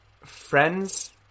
friends